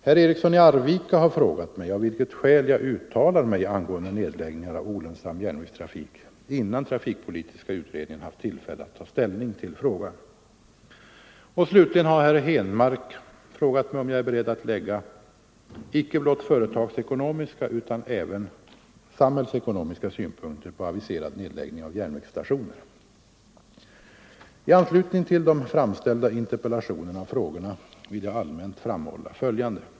Herr Eriksson i Arvika har frågat mig av vilket skäl jag uttalar mig angående nedläggningar av olönsam järnvägstrafik innan trafikpolitiska utredningen haft tillfälle att ta ställning till saken. Slutligen har herr Henmark frågat mig, om jag är beredd att lägga icke blott företagsekonomiska utan även samhällsekonomiska synpunkter på aviserad nedläggning av järnvägsstationer. I anslutning till de framställda interpellationerna och frågorna vill jag allmänt framhålla följande.